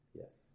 yes